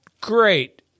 great